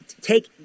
take